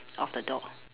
of the door